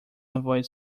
avoid